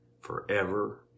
forever